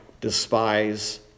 despise